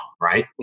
right